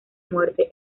muerte